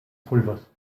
pulvers